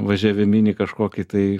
važeviminį kažkokį tai